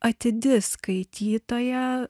atidi skaitytoja